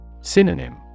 Synonym